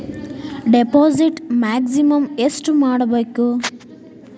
Deposit maximum ಎಷ್ಟು ಮಾಡಬೇಕು?